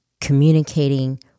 communicating